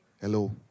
Hello